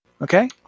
Okay